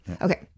Okay